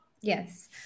Yes